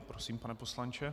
Prosím, pane poslanče.